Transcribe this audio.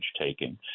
taking